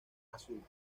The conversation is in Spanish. azul